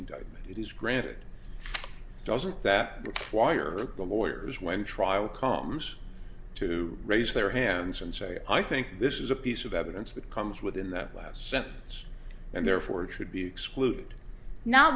indictment it is granted doesn't that require the lawyer when trial comes to raise their hands and say i think this is a piece of evidence that comes within that last sentence and therefore it should be excluded now